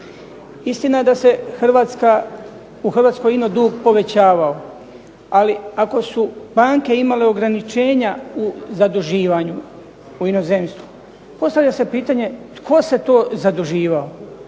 Istina je da se u Hrvatskoj ino dug povećavao. Ali ako su banke imale ograničenja u zaduživanju u inozemstvu postavlja se pitanje tko se to zaduživao.